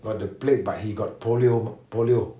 got the plague but he got polio mah polio